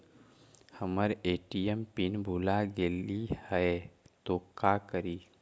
हमर ATM pin भूला गेली हे, तो का करि?